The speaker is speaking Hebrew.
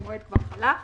המועד כבר חלף.